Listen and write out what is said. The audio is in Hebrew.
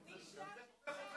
הזיופים?